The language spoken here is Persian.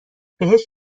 بهش